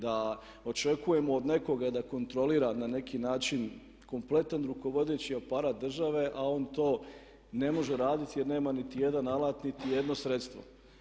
Da očekujemo od nekoga da kontrolira na neki način kompletan rukovodeći aparat države, a on to ne može raditi jer nema nitijedan alat, nitijedno sredstvo.